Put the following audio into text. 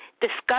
discuss